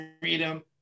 Freedom